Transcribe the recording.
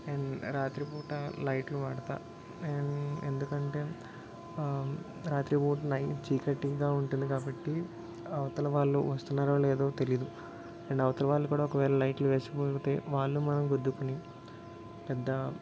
and రాత్రిపూట లైట్లు వాడతా అండ్ ఎందుకంటే రాత్రిపూట నైట్ చీకటిగా ఉంటుంది కాబట్టి అవతల వాళ్ళు వస్తున్నారో లేదో తెలీదు అండ్ అవతల వాళ్ళు కూడా ఒక వేళ లైట్లు వేసుకోకపోతే వాళ్ళు మనము గుద్దుకొని పెద్ద